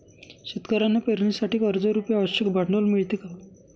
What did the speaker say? शेतकऱ्यांना पेरणीसाठी कर्जरुपी आवश्यक भांडवल मिळते का?